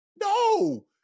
No